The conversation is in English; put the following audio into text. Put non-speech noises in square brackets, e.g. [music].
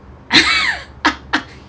[laughs]